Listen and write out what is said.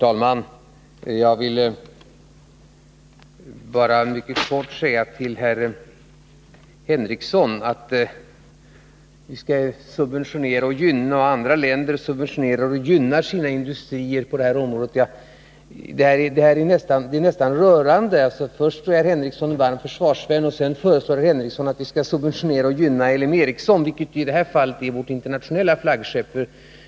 Herr talman! Sven Henricsson säger att vi skall subventionera och gynna våra industrier på detta område på samma sätt som man gör i andra länder. Det är nästan rörande. Först är herr Henricsson en varm försvarsvän, och sedan föreslår han att vi skall subventionera och gynna L M Ericsson, som i detta fall är vårt internationella flaggskepp.